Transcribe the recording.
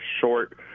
short